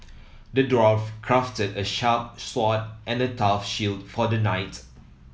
the dwarf crafted a sharp sword and a tough shield for the knight